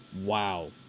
Wow